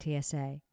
TSA